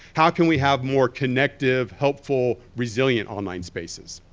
how can we have more connective helpful, resilient online spaces?